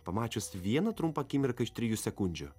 pamačius vieną trumpą akimirką iš trijų sekundžių